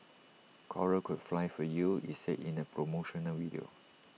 cora could fly for you IT said in A promotional video